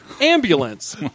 Ambulance